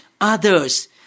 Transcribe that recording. others